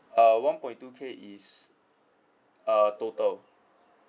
uh one point two K is uh total